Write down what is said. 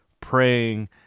praying